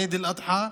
עיד אל-אדחא,